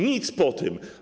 Nic po tym.